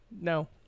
No